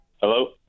Hello